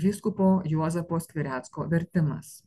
vyskupo juozapo skvirecko vertimas